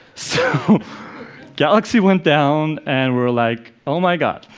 so galaxy went down, and we're like, oh my god.